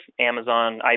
Amazon